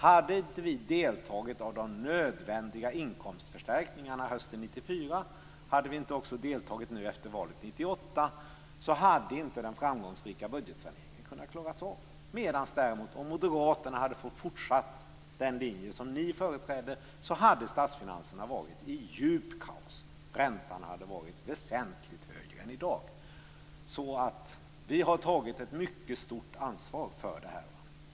Hade inte vi deltagit i de nödvändiga inkomstförstärkningarna hösten 1994, och hade vi inte deltagit nu efter valet 1998, skulle den framgångsrika budgetsaneringen inte ha kunnat klaras av. Om moderaterna däremot fått fortsätta på den linje som de företrädde hade statsfinanserna varit i djupt kaos, och räntan hade varit väsentligt högre än den är i dag. Vi har tagit ett mycket stort ansvar för det här.